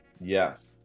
Yes